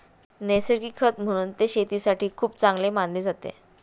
नैसर्गिक खत म्हणून ते शेतीसाठी खूप चांगले मानले जाते